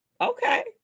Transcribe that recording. okay